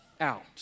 out